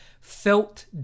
felt